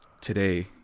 today